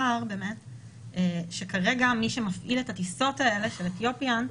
כרגע מי שמפעיל את הטיסות האלה של אתיופיאן,